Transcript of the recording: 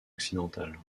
occidentales